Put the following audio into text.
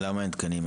למה אין תקנים?